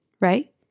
right